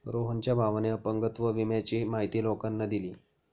रोहनच्या भावाने अपंगत्व विम्याची माहिती लोकांना दिली